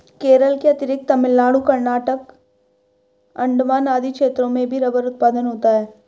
केरल के अतिरिक्त तमिलनाडु, कर्नाटक, अण्डमान आदि क्षेत्रों में भी रबर उत्पादन होता है